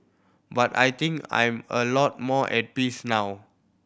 but I think I'm a lot more at peace now